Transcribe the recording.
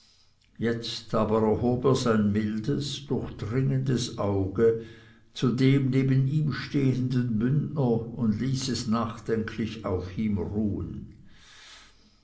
jetzt aber erhob er sein mildes durchdringendes auge zu dem neben ihm stehenden bündner und ließ es nachdenklich auf ihm ruhen